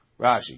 Rashi